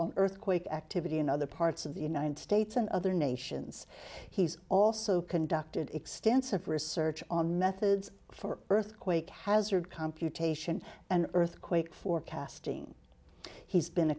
on earthquake activity in other parts of the united states and other nations he's also conducted extensive research on methods for earthquake hazard computation and earthquake forecasting he's been a